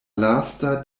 lasta